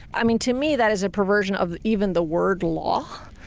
i mean to me that is a perversion of even the word law.